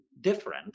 different